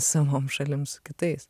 savom šalim su kitais